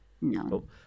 no